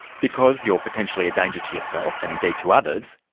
because you're potentially a danger to yourself and indeed to others,